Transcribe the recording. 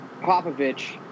Popovich